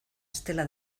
estela